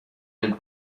been